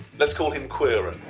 let's call him queeran.